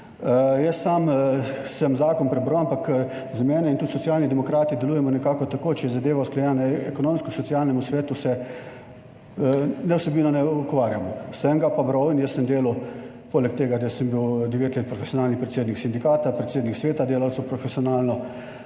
sam sem zakon prebral, ampak za mene in tudi Socialni demokrati delujemo nekako tako, če je zadeva usklajena na Ekonomsko-socialnemu svetu, se z vsebino ne ukvarjamo. Sem ga pa bral in jaz sem delal poleg tega, da sem bil 9 let profesionalni predsednik sindikata, predsednik sveta delavcev, profesionalno